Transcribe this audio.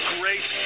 Great